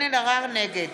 נגד